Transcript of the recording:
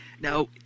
Now